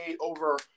over